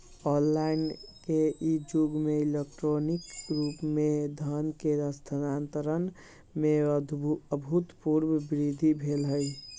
online के इ जुग में इलेक्ट्रॉनिक रूप से धन के स्थानान्तरण में अभूतपूर्व वृद्धि भेल हइ